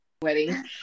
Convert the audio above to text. Wedding